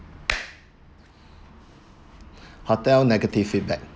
hotel negative feedback